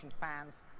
fans